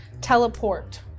teleport